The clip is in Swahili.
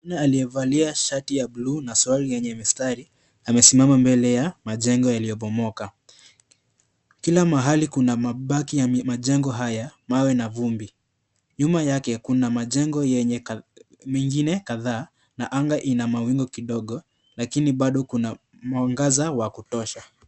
Mwanaume aliyevalia shati ya bluu na suruali yenye mistari. Amesimama mbele ya majengo yaliyobomoka. Kila mahali kuna mabaki ya majengo haya mawe na vumbi. Nyuma yake kuna majengo yenye mengine kadhaa. Na anga ina mawingu kidogo, lakini bado kuna mwangaza wa kutosha.